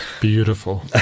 Beautiful